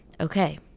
okay